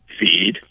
feed